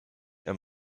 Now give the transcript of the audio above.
and